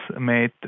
made